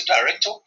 director